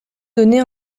donnait